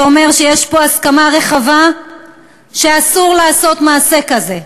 זה אומר שיש פה הסכמה רחבה שאסור לעשות מעשה כזה.